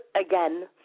Again